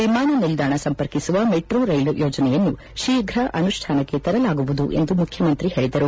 ವಿಮಾನ ನಿಲ್ದಾಣ ಸಂಪರ್ಕಿಸುವ ಮೆಟ್ರೋ ರೈಲು ಯೋಜನೆಯನ್ನು ಶೀಘ ಅನುಷ್ಠಾನಕ್ಕೆ ತರಲಾಗುವುದು ಎಂದು ಮುಖ್ಯಮಂತ್ರಿ ಹೇಳಿದರು